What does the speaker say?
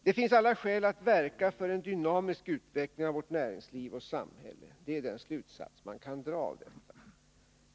Det finns alla skäl att verka för en dynamisk utveckling av vårt näringsliv och samhälle. Det är den slutsats man kan dra.